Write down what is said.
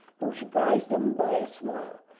who surprised him by a smile.